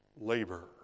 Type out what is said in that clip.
labor